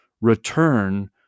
return